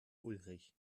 ulrich